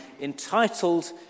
entitled